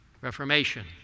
reformation